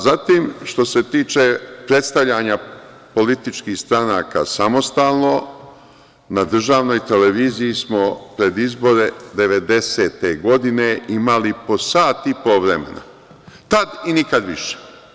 Zatim, što se tiče predstavljanja političkih stranaka samostalno, na državnoj televiziji smo pred izbore 1990. godine imali po sat i po vremena, tad i nikad više.